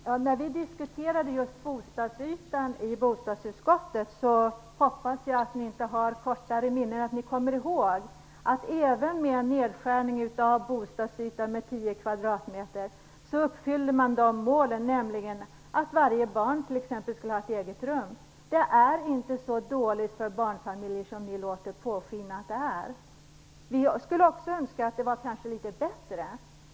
Herr talman! När det gäller vår diskussion om bostadsytan i bostadsutskottet hoppas jag att ni inte har kortare minne än att ni kommer ihåg att man även med en nedskärning av bostadsytan med 10 kvadratmeter uppfyller målen, t.ex. att varje barn skall ha ett eget rum. Det är inte så dåligt för barnfamiljer som ni låter påskina. Vi skulle också önska att det kanske vore litet bättre.